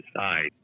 decide